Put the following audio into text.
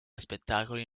spettacoli